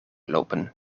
lopen